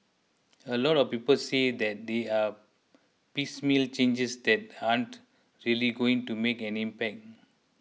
a lot of people say that they are piecemeal changes that aren't really going to make an impact